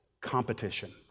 competition